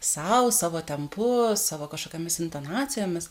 sau savo tempu savo kažkokiomis intonacijomis